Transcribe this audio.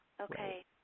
okay